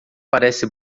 parece